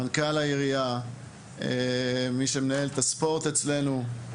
מנכ"ל העירייה ומי שמנהל את הספורט אצלנו.